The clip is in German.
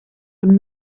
dem